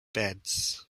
beds